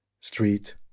street